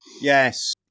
Yes